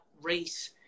race